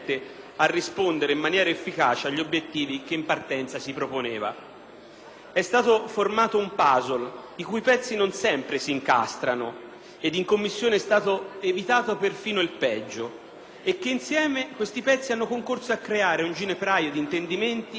È stato formato un *puzzle*, i cui pezzi non sempre si incastrano ed in Commissione è stato evitato persino il peggio; insieme, questi pezzi hanno concorso a creare un ginepraio di intendimenti che nulla o poco hanno a che fare con un progetto di sostegno a comparti